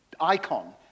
icon